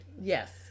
Yes